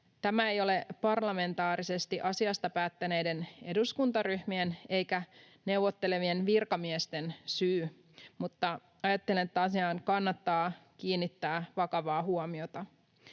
Tämä ei ole parlamentaarisesti asiasta päättäneiden eduskuntaryhmien eikä neuvottelevien virkamiesten syy, mutta ajattelen, että asiaan kannattaa kiinnittää vakavaa huomiota.